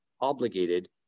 obligated